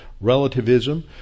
relativism